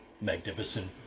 magnificent